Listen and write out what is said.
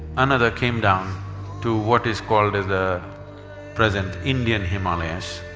another came down to what is called as the present indian himalayas.